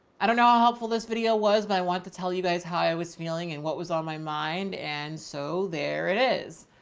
i don't know ah helpful this video was, but i want to tell you guys how i was feeling and what was on my mind. and so it is,